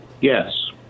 Yes